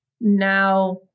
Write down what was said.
now